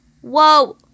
Whoa